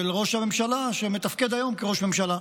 של ראש הממשלה שמתפקד היום כראש ממשלה.